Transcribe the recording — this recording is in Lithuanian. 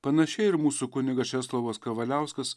panašiai ir mūsų kunigas česlovas kavaliauskas